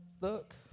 look